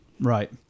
Right